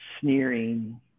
sneering